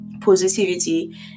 positivity